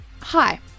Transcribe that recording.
Hi